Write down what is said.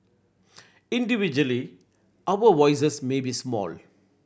individually our voices may be small